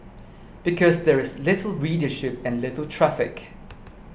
because there is little readership and little traffic